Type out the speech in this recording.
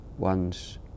one's